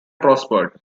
prospered